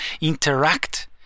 interact